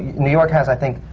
new york has, i think,